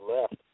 left